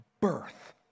birth